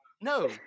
No